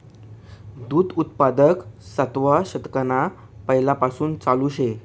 दूध उत्पादन सातवा शतकना पैलेपासून चालू शे